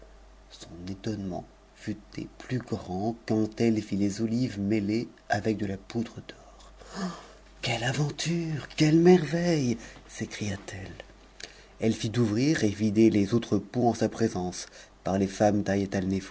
son étonnement fut des plus grands quand elle vit les olives mêlées avec de la poudre d'or quelle aventure quelles merveilles s'écria-t-elle elle fit ouvrir et vider les autres pots en sa présence par les femmes